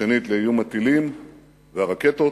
ושנית, לאיום הטילים והרקטות.